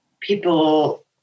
people